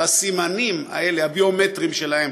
לסימנים הביומטריים האלה שלהם,